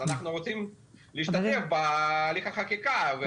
אז אנחנו רוצים להשתתף בהליך החקיקה.